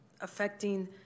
affecting